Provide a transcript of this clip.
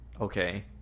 okay